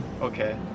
Okay